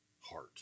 heart